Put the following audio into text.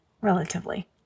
Relatively